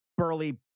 burly